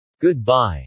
Goodbye